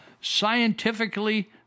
scientifically